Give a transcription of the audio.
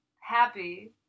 Happy